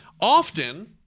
often